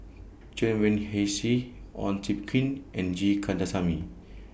Chen Wen Hsi Ong Tjoe Kim and G Kandasamy